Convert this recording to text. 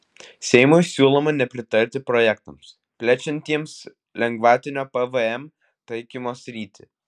seimui siūloma nepritarti projektams plečiantiems lengvatinio pvm taikymo sritį